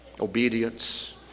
Obedience